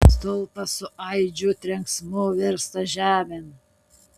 stulpas su aidžiu trenksmu virsta žemėn